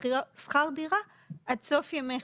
יכול לאיים על בן אדם שכמעט מת ארבע פעמים.